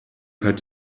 hat